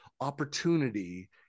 opportunity